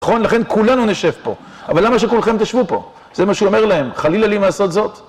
נכון, לכן כולנו נשב פה. אבל למה שכולכם תשבו פה? זה מה שהוא אומר להם, חלילה לי מעשות זאת